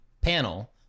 panel